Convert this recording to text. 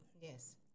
Yes